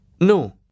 No